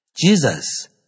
Jesus